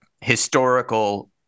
historical